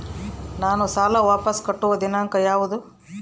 ನಾನು ಸಾಲ ವಾಪಸ್ ಕಟ್ಟುವ ದಿನಾಂಕ ಯಾವುದು?